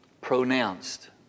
pronounced